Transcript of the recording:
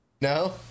No